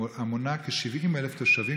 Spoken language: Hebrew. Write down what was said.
המונה כ-70,000 תושבים,